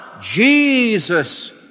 Jesus